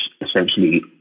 essentially